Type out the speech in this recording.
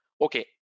okay